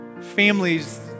families